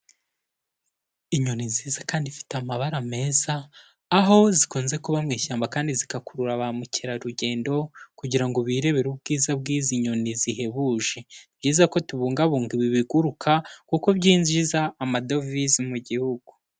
Inyoni nziza kandi ifite amabara meza, aho zikunze kuba mu ishyamba kandi zigakurura ba mukerarugendo kugira ngo birebere ubwiza bw'izi nyoni zihebuje, ni byiza ko tubungabunga ibi biguruka kuko byinjiza amadovize mu gihugu.